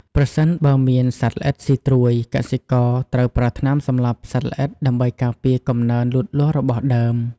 ប្រសិនបើមានសត្វល្អិតស៊ីត្រួយ កសិករត្រូវប្រើថ្នាំសម្លាប់សត្វល្អិតដើម្បីការពារកំណើនលូតលាស់របស់ដើម។